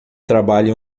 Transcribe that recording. trabalha